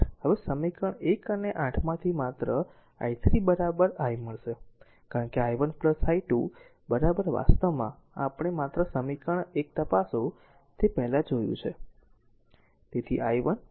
હવે સમીકરણ 1 અને 8 માંથી માત્ર i3 i મળશે કારણ કે i1 i2 વાસ્તવમાં આપણે માત્ર સમીકરણ 1 તપાસો તે પહેલા જોયું છે